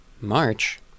March